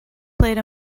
played